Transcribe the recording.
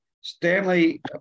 Stanley